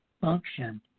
function